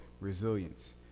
resilience